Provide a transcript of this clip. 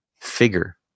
figure